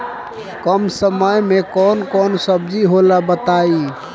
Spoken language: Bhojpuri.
कम समय में कौन कौन सब्जी होला बताई?